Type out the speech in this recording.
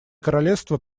королевство